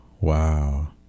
Wow